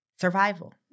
survival